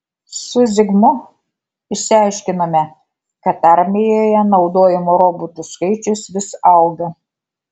su zigmu išsiaiškinome kad armijoje naudojamų robotų skaičius vis auga